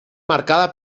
marcada